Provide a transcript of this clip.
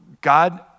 God